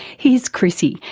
here's chrissie,